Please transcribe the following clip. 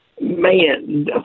Man